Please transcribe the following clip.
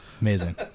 Amazing